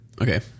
okay